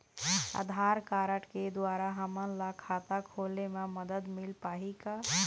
आधार card के द्वारा हमन ला खाता खोले म मदद मिल पाही का?